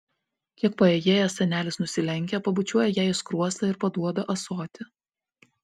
kiek paėjėjęs senelis nusilenkia pabučiuoja jai į skruostą ir paduoda ąsotį